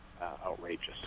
outrageous